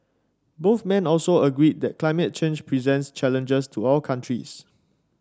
both men also agreed that climate change presents challenges to all countries